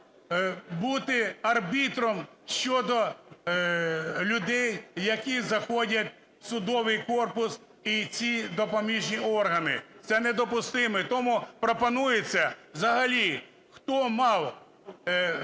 бути арбітром щодо людей, які заходять в судовий корпус і ці допоміжні органи. Це недопустимо. І тому пропонується: взагалі хто мав